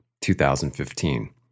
2015